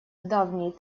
давней